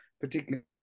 particularly